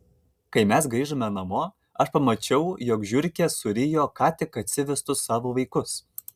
kai mes grįžome namo aš pamačiau jog žiurkė surijo ką tik atsivestus savo vaikus